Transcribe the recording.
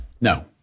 No